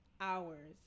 Hours